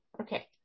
Okay